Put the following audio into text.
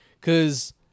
Cause